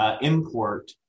import